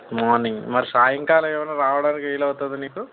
morning మరి సాయంకాలం ఏమైనా రావడానికి వీలు అవుతుందా నీకు